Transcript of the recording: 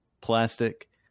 plastic